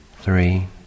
three